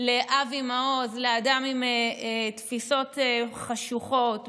לאבי מעוז, אדם עם תפיסות חשוכות.